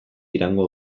iraungo